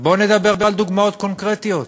בא נדבר על דוגמאות קונקרטיות,